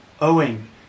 owing